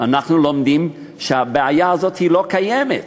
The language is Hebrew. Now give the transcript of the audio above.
אנחנו לומדים שהבעיה הזאת לא קיימת,